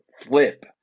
flip